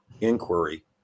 inquiry